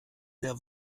der